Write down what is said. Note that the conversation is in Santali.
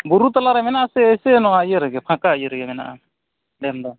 ᱵᱩᱨᱩ ᱛᱟᱞᱟᱨᱮ ᱢᱮᱱᱟᱜᱼᱟ ᱥᱮ ᱮᱭᱥᱮ ᱱᱚᱣᱟ ᱤᱭᱟᱹ ᱨᱮᱜᱮ ᱯᱷᱟᱠᱟ ᱤᱭᱟᱹ ᱨᱮᱜᱮ ᱢᱮᱱᱟᱜᱼᱟ ᱰᱮᱢ ᱫᱚ